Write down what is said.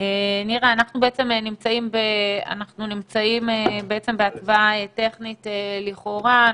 נירה, אנחנו נמצאים בהצבעה טכנית, לכאורה.